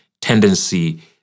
tendency